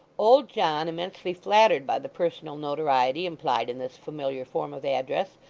old john, immensely flattered by the personal notoriety implied in this familiar form of address,